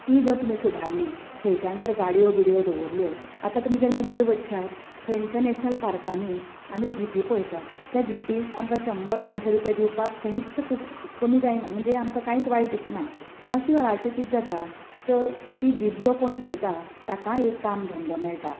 ती जर तुमी सुदारली थंयच्यान जर गाडयो बिडियो दवरल्यो आतां तुमी जर मुंबय वचशात थंयच्या नॅशनल पार्कानी आमी जिपी पळयतात त्या जिपीत आमकां शंबर दोनशे रुपया दिवपाक खंयच कुस कमी जायना म्हणजे आमकां कांयच वायट दिसना अशे वेळाचेर कित जाता तर ती जीप जो कोण चलयता ताका एक काम धंदो मेळटा